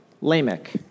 Lamech